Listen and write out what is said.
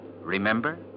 remember